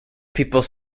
people